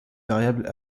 variables